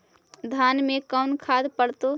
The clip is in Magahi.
धान मे कोन खाद पड़तै?